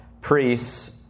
priests